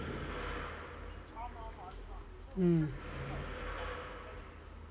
mm